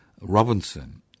Robinson